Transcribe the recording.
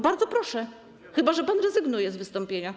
Bardzo proszę, chyba że pan rezygnuje z wystąpienia.